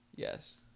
yes